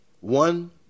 One